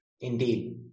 Indeed